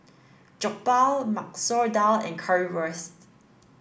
Jokbal Masoor Dal and Currywurst